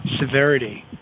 severity